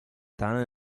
tane